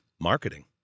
marketing